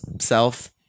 self